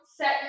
Set